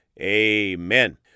amen